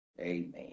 Amen